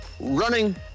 running